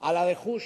על הרכוש,